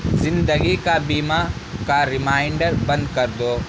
زندگی کا بیمہ کا ریمائنڈر بند کر دو